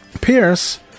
Pierce